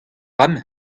bremañ